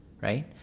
right